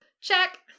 Check